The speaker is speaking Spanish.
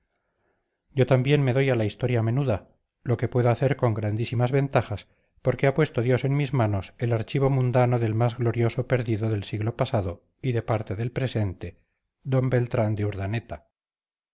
yo también me doy a la historia menuda lo que puedo hacer con grandísimas ventajas porque ha puesto dios en mis manos el archivo mundano del más glorioso perdido del siglo pasado y de parte del presente d beltrán de urdaneta